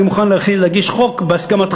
אני מוכן להגיש חוק בהסכמתך,